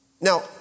Now